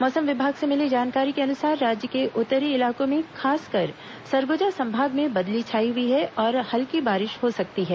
मौसम विभाग से मिली जानकारी के अनुसार राज्य के उत्तरी इलाकों खासकर सरगुजा संभाग में बदली छाई हुई है और हल्की बारिश हो सकती है